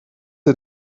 ihr